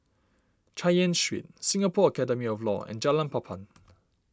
Chay Yan Street Singapore Academy of Law and Jalan Papan